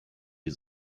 die